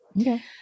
Okay